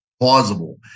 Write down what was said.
plausible